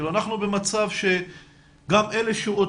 שתי